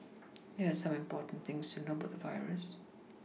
here are some important things to know about the virus